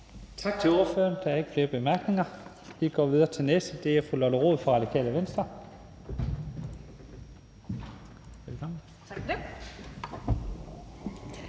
Tak til ordføreren. Der er ikke flere korte bemærkninger. Vi går videre til den næste, og det er fru Lotte Rod fra Radikale Venstre. Velkommen.